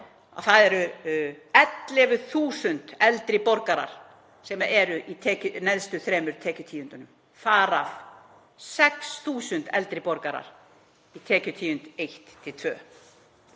það eru 11.000 eldri borgarar sem eru í neðstu þremur tekjutíundunum, þar af 6.000 eldri borgarar í tekjutíundum 1–2.